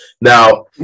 Now